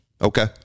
Okay